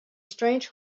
strange